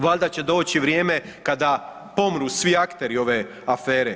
Valjda će doći vrijeme kada pomru svi akteri ove afere.